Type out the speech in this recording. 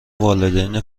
والدین